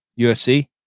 USC